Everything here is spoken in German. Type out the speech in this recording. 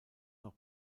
noch